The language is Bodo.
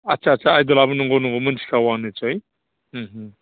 आच्चा आच्चा आइद'लाबो नंगौ नंगौ मिनथिखागौ आं निस्सय